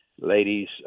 ladies